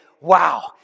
wow